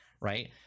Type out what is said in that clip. right